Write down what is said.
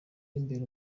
imbere